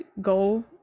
go